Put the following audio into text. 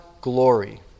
glory